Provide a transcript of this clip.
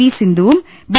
V സിന്ധുവും B